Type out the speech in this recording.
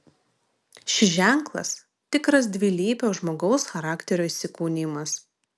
šis ženklas tikras dvilypio žmogaus charakterio įsikūnijimas